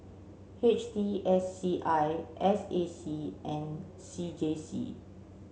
H T S C I S A C and C J C